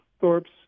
Thorpe's